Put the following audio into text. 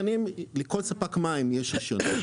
לכל ספק מים יש רישיון.